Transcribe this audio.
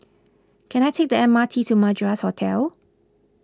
can I take the M R T to Madras Hotel